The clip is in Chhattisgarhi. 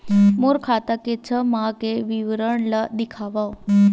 मोर खाता के छः माह के विवरण ल दिखाव?